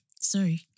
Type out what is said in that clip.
Sorry